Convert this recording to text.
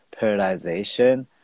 periodization